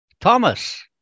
Thomas